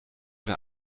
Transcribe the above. wer